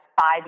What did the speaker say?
five